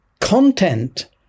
content